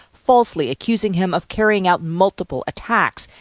falsely accusing him of carrying out multiple attacks.